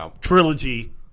trilogy